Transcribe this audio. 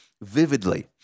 vividly